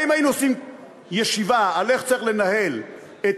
הרי אם היינו עושים ישיבה על איך צריך לנהל את